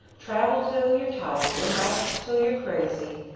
travel till you're tired, and rest till you're crazy!